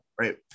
right